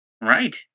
Right